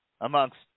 amongst